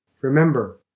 Remember